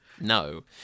No